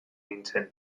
nintzen